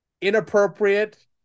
inappropriate